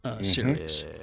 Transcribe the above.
series